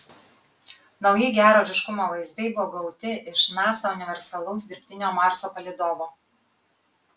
nauji gero ryškumo vaizdai buvo gauti iš nasa universalaus dirbtinio marso palydovo